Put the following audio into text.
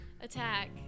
attack